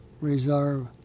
Reserve